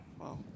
wow